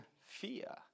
fear